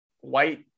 white